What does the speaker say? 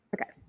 okay